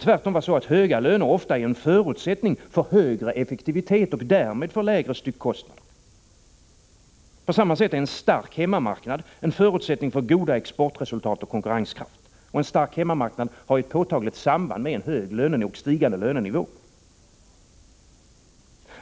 Tvärtom kan höga löner ofta vara en förutsättning för högre effektivitet och därmed lägre styckkostnader. På samma sätt är en stark hemmamarknad en förutsättning för goda exportresultat och konkurrenskraft. Och en stark hemmamarknad har ett påtagligt samband med en hög och stigande lönenivå.